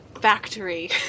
factory